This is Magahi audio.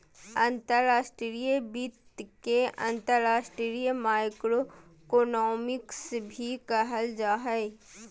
अंतर्राष्ट्रीय वित्त के अंतर्राष्ट्रीय माइक्रोइकोनॉमिक्स भी कहल जा हय